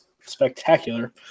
spectacular